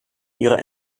ihrer